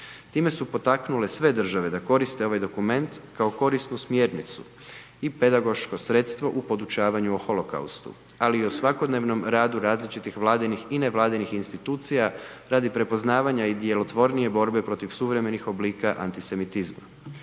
Time su potaknule sve države da koriste ovaj dokument kao korisnu smjernicu i pedagoško sredstvo u podučavanju o holokaustu, ali i o svakodnevnom radu različitih vladinih i nevladinih institucija radi prepoznavanja i djelotvornije borbe protiv suvremenih oblika antisemitizma.